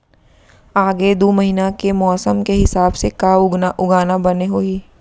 आगे दू महीना के मौसम के हिसाब से का उगाना बने होही?